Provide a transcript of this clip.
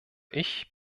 ich